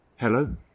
Hello